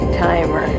timer